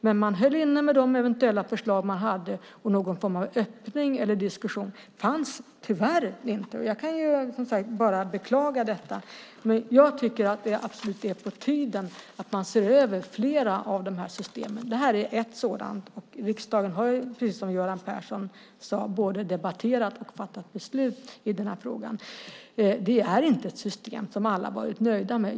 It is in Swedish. Men man höll inne med de eventuella förslag som man hade, och någon form av öppning eller diskussion fanns tyvärr inte. Jag kan, som sagt, bara beklaga detta. Jag tycker att det är absolut på tiden att man ser över flera av dessa system. Detta är ett sådant. Och riksdagen har, precis som Göran Persson sade, både debatterat och fattat beslut i denna fråga. Det är inte ett system som alla har varit nöjda med.